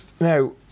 now